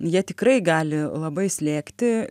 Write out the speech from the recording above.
jie tikrai gali labai slėgti